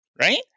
Right